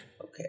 Okay